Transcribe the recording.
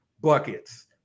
buckets